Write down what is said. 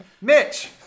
Mitch